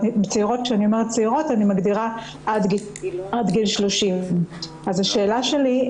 כשאני אומרת צעירות אני מגדירה עד גיל 30. השאלה שלי,